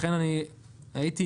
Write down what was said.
לכן הייתי